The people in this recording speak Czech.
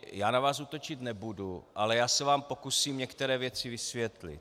Já na vás útočit nebudu, ale já se vám pokusím některé věci vysvětlit.